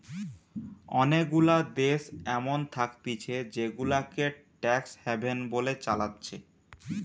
অনেগুলা দেশ এমন থাকতিছে জেগুলাকে ট্যাক্স হ্যাভেন বলে চালাচ্ছে